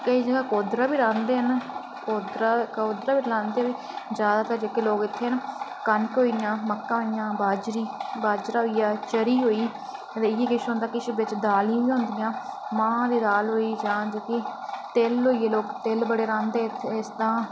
केईं जगहें कोद्दरा बी रांह्दे न कोद्दरा बी रांह्दे जादातर लोग जेह्के इत्थें कनक मक्का होइयां बाजरा होइया चरी होई इयै किश होंदा किश बिच्च दालीं बी दियां मांहें दी दाल होई जां जेह्की तिल होइये तिल बड़े रांह्दे लोग तां